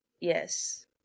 Yes